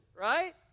Right